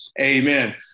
Amen